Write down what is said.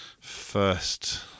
first